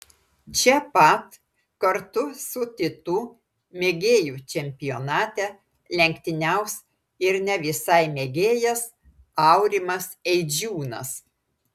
čia pat kartu su titu mėgėjų čempionate lenktyniaus ir ne visai mėgėjas aurimas eidžiūnas